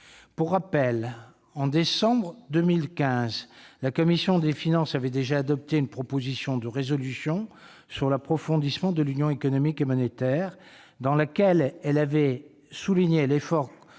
Pour rappel, en décembre 2015, la commission des finances avait déjà adopté une proposition de résolution sur l'approfondissement de l'union économique et monétaire, dans laquelle elle avait souligné l'effort contributif